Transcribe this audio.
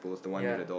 ya